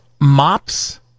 mops